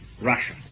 Russia